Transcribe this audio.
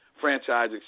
franchise